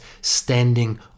standing